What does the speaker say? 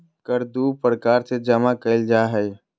कर दू प्रकार से जमा कइल जा हइ